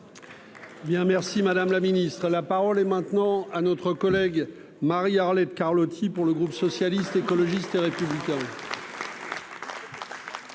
merci madame la Ministre, la parole est maintenant à notre collègue Marie-Arlette Carlotti, pour le groupe socialiste. écologiste et républicain.